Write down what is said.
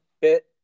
bit